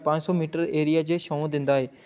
पंज सौ metre area च छां दिंदा ऐ